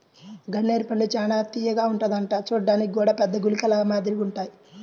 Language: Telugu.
గన్నేరు పండు చానా తియ్యగా ఉంటదంట చూడ్డానికి గూడా పెద్ద గుళికల మాదిరిగుంటాయ్